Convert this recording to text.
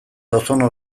ozono